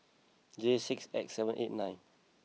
J six X seven eight nine